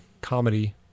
comedy